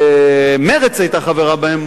שמרצ היתה חברה בהן,